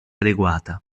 adeguata